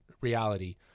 reality